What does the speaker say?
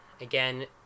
again